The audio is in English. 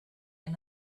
and